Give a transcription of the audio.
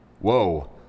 Whoa